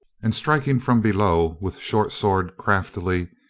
and striking from below with short sword craftily,